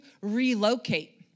relocate